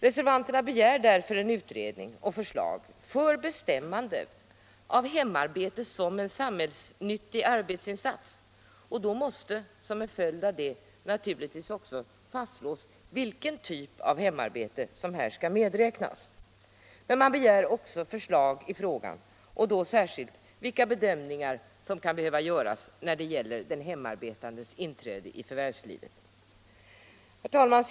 Reservanterna begär därför en utredning och förslag för bestämmande av hemarbete som en samhällsnyttig arbetsinsats, och då måste som en följd av det naturligtvis också fastslås vilken typ av hemarbete som här skall medräknas. Men reservanterna begär alltså även förslag i frågan och då särskilt rörande de bedömningar som kan behöva göras när det gäller den hemarbetances inträde i förvärvslivet. Herr talman!